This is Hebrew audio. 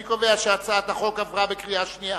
אני קובע שהצעת החוק עברה בקריאה שנייה.